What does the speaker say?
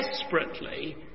desperately